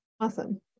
awesome